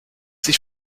sich